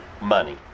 money